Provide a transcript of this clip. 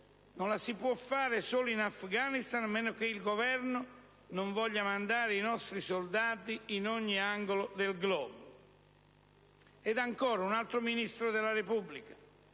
non la si può fare solo in Afghanistan, a meno che il Governo non voglia mandare i nostri soldati in ogni angolo del globo. Ancora, un altro Ministro della Repubblica